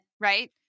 Right